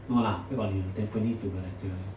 no lah where got near tampines to balestier leh